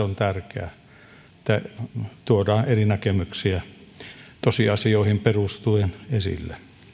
on tärkeää että tuodaan eri näkemyksiä tosiasioihin perustuen esille